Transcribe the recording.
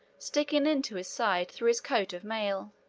sticking into his side through his coat of mail.